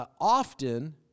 often